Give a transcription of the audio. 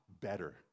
better